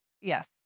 yes